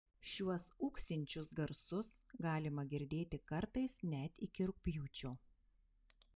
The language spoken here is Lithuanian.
šiuos ūksinčius garsus galima girdėti kartais net iki rugpjūčio